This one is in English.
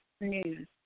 news